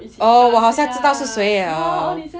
oh 我好想知道是谁了